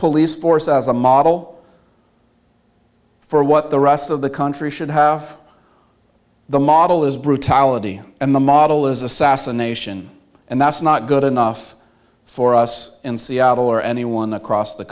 police force as a model for what the rest of the country should have the model is brutality and the model is assassination and that's not good enough for us in seattle or anyone across the